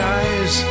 eyes